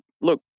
look